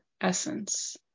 essence